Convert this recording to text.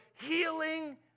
healing